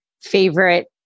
favorite